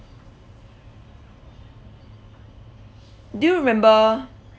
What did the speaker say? do you remember